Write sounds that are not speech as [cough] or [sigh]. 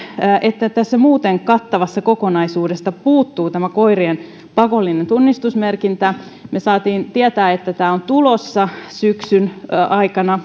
että tästä muuten kattavasta kokonaisuudesta puuttuu tämä koirien pakollinen tunnistusmerkintä me saimme tietää että tämä on tulossa syksyn aikana [unintelligible]